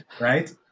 right